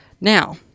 Now